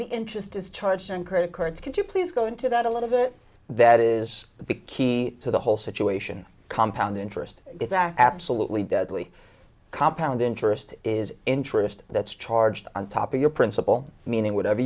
the interest is charged on credit cards could you please go into that a little bit that is the key to the whole situation compound interest exact absolutely deadly compound interest is interest that's charged on top of your principal meaning whatever